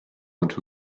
into